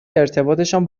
ارتباطشان